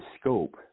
Scope